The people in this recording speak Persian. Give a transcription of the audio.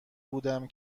بودم